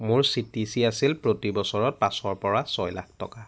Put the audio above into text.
মোৰ C T C আছিল প্ৰতি বছৰত পাঁচৰ পৰা ছয় লাখ টকা